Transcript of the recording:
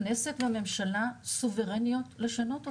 הכנסת והממשלה סוברניות לשנות אותה,